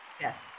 yes